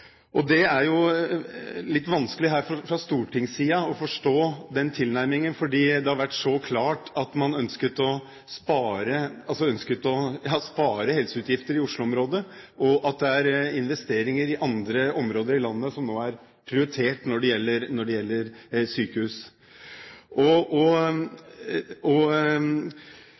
Det er jo litt vanskelig her fra stortingssida å forstå den tilnærmingen, fordi det har vært så klart at man ønsket å spare helseutgifter i Oslo-området, og at det er investeringer i andre områder i landet som nå er prioritert når det gjelder sykehus. Jeg oppfatter, når man tegner dette kartet, at det